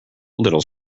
little